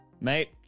Mate